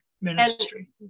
ministry